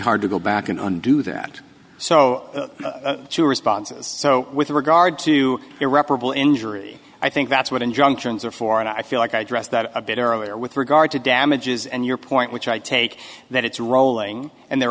hard to go back and undo that so to responses so with regard to irreparable injury i think that's what injunctions are for and i feel like i dressed that a bit earlier with regard to damages and your point which i take that it's rolling and there